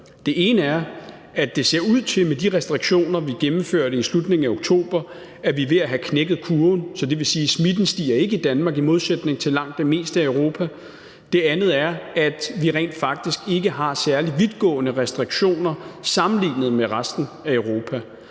Det ene er, at det ser ud til, at vi med de restriktioner, vi gennemførte i slutningen af oktober, er ved at have knækket kurven, så det vil sige, at smitten ikke stiger i Danmark i modsætning til langt det meste af Europa. Det andet er, at vi rent faktisk ikke har særlig vidtgående restriktioner sammenlignet med resten af Europa,